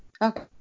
Okay